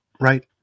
Right